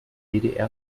ddr